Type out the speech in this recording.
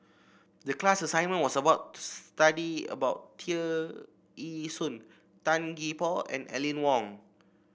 the class assignment was about to study about Tear Ee Soon Tan Gee Paw and Aline Wong